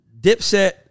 Dipset